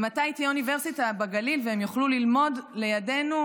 מתי תהיה אוניברסיטה בגליל והם יוכלו ללמוד לידנו,